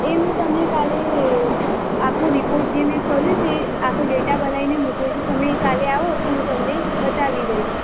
એ હું તમને કાલે અ આખો રિપોર્ટ જે મેં કર્યો છે એ આખો ડેટા બનાવીને મોકલું છું તમે કાલે આવો તો હું તમને બતાવી દઈશ